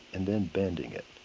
and then bending it.